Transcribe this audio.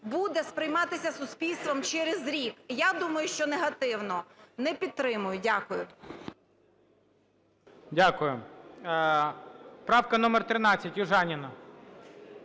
буде сприйматися суспільством через рік, я думаю, що негативно. Не підтримую. Дякую. ГОЛОВУЮЧИЙ. Дякую. Правка номер 13, Южаніна.